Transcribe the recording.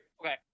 Okay